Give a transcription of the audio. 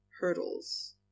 hurdles